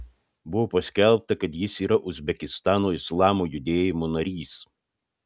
buvo paskelbta kad jis yra uzbekistano islamo judėjimo narys